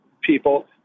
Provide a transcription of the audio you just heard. people